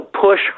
push